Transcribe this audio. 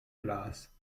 glas